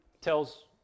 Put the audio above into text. tells